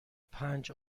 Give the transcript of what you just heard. پنج